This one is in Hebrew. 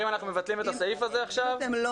אם אנחנו מבטלים את הסעיף הזה עכשיו -- אם אתם לא